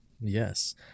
Yes